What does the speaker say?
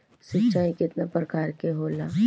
सिंचाई केतना प्रकार के होला?